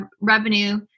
revenue